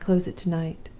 when i close it to-night.